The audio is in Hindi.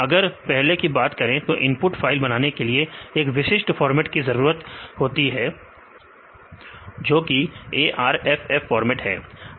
अगर पहले की बात करें तो इनपुट फाइल बनाने के लिए एक विशिष्ट फॉर्मेट की जरूरत होती थी जो कि arff फॉर्मेट है